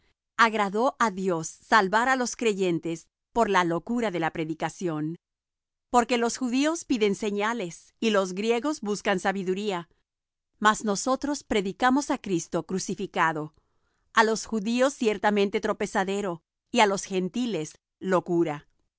agradó á dios salvar á los creyentes por la locura de la predicación porque los judíos piden señales y los griegos buscan sabiduría mas nosotros predicamos á cristo crucificado á los judíos ciertamente tropezadero y á los gentiles locura